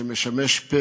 שמשמש פה